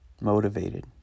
motivated